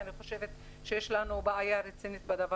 אחד זה אני והשני זה מנהל הפרויקט במוטורולה